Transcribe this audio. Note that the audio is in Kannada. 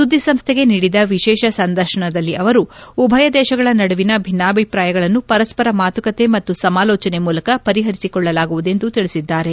ಸುದ್ದಿ ಸಂಸ್ಥೆಗೆ ನೀಡಿದ ವಿಶೇಷ ಸಂದರ್ಶನದಲ್ಲಿ ಅವರು ಉಭಯ ದೇಶಗಳ ನಡುವಿನ ಭಿನ್ನಾಭಿಪ್ರಾಯಗಳನ್ನು ಪರಸ್ಪರ ಮಾತುಕತೆ ಮತ್ತು ಸಮಾಲೋಚನೆ ಮೂಲಕ ಪರಿಹರಿಸಿಕೊಳ್ಳಲಾಗುವುದೆಂದು ತಿಳಿಸಿದ್ದಾರೆ